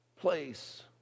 place